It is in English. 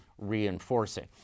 reinforcing